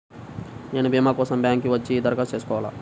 నేను భీమా కోసం బ్యాంక్కి వచ్చి దరఖాస్తు చేసుకోవాలా?